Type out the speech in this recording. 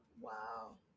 Wow